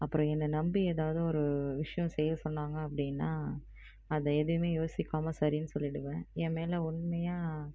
அப்புறம் என்னை நம்பி ஏதாவது ஒரு விஷயம் செய்ய சொன்னாங்க அப்படின்னா அதை எதுவுமே யோசிக்காமல் சரின்னு சொல்லிடுவேன் என் மேல் உண்மையாக